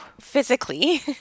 physically